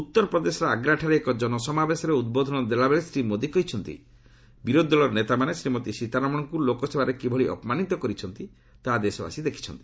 ଉତ୍ତରପ୍ରଦେଶର ଆଗ୍ରାଠାରେ ଏକ ଜନସମାବେଶରେ ଉଦ୍ବୋଧନ ଦେଲାବେଳେ ଶ୍ରୀ ମୋଦି କହିଛନ୍ତି ବିରୋଧୀଦଳର ନେତାମାନେ ଶ୍ରୀମତୀ ସୀତାରମଣଙ୍କୁ ଲୋକସଭାରେ କିଭଳି ଅପମାନିତ କରିଛନ୍ତି ତାହା ଦେଶବାସୀ ଦେଖିଛନ୍ତି